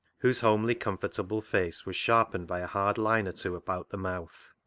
whose homely, com fortable face was sharpened by a hard line or two about the mouth.